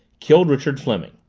killed richard fleming.